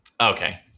Okay